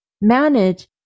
manage